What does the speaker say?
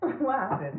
Wow